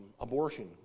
abortion